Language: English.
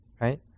Right